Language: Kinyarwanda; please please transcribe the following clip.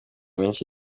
menshi